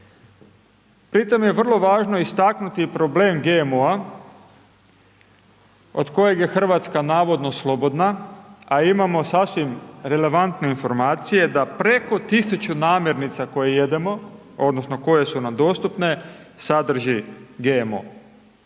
Pitanje je vrlo važno istaknuti problem GMO-a, od kojeg je Hrvatska navodno slobodna, a imamo sasvim relevantne informacije, da preko 1000 namjernica koje jedemo, odnosno, koje su nam dostupne, sadrži GMO.